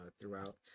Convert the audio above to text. throughout